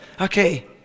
okay